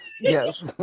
yes